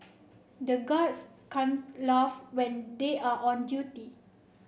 the guards can't laugh when they are on duty